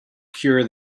cure